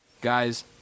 Guys